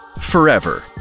forever